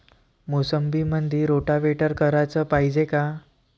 मोसंबीमंदी रोटावेटर कराच पायजे का?